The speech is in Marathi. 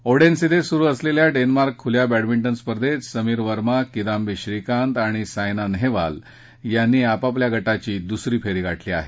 ओडेन्स इथं सुरू असलेल्या डेन्मार्क खुल्या बंडमिंटन स्पर्धेत समीर वर्मा किदांबी श्रीकांत आणि सायना नेहवाल यांनी आपापल्या गटाची दुसरी फेरी गाठली आहे